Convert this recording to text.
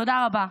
תודה רבה.